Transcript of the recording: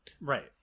Right